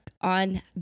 on